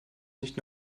nicht